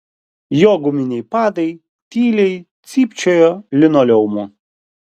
jo guminiai padai tyliai cypčiojo linoleumu